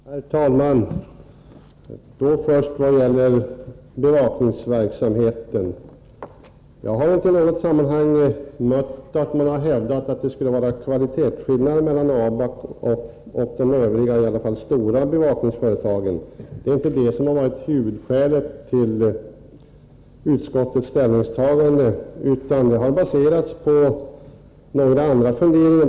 Herr talman! När det gäller bevakningsverksamheten har jag inte i något sammanhang hört att man har hävdat att det skulle finnas någon kvalitetsskillnad mellan ABAB och de övriga bevakningsföretagen, i varje fall de större. Det är alltså inte det som har varit huvudskälet till utskottets ställningstagande, utan detta har baserats på några andra omständigheter.